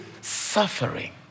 suffering